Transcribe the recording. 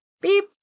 beep